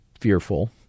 fearful